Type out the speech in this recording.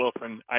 Wilson